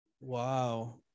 Wow